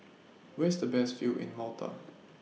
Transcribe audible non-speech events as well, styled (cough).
(noise) Where IS The Best View in Malta